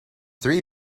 three